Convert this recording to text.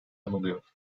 anılıyor